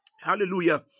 Hallelujah